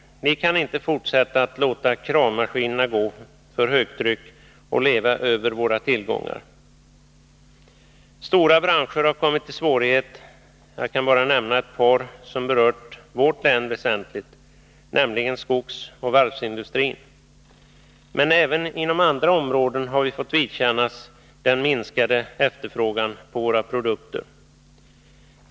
Vi kan inte fortsätta att låta kravmaskinerna gå för högtryck och leva över våra tillgångar. Stora branscher har kommit i svårigheter. Jag kan bara nämna ett par som väsentligt berört vårt län, nämligen skogsoch varvsindustrin. Men även inom andra områden har vi fått vidkännas den minskade efterfrågan på våra produkter.